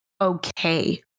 okay